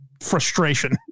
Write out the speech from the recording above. frustration